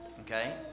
Okay